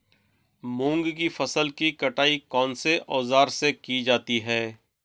मूंग की फसल की कटाई कौनसे औज़ार से की जाती है?